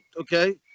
okay